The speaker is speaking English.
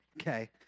Okay